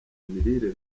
imirire